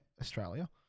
Australia